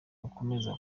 bakomeza